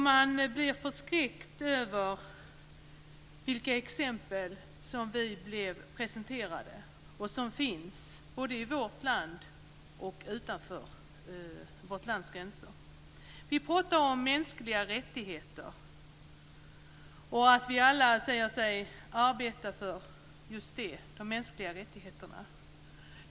Man blir förskräckt över vilka exempel som vi blev presenterade och som finns både i vårt land och utanför vårt lands gränser. Vi pratar om mänskliga rättigheter, och alla säger sig arbeta för just de mänskliga rättigheterna.